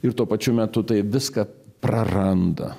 ir tuo pačiu metu tai viską praranda